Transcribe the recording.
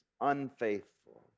unfaithful